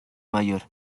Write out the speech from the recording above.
mayor